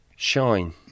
shine